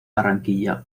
barranquilla